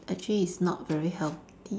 actually it's not very healthy